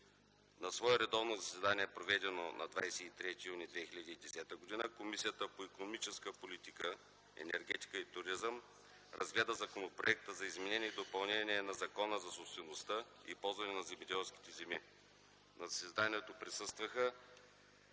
На свое редовно заседание, проведено на 23 юни 2010 г., Комисията по икономическата политика, енергетика и туризъм разгледа Законопроекта за изменение и допълнение на Закона за собствеността и ползването на земеделските земи. На заседанието присъстваха